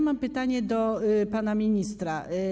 Mam pytanie do pana ministra.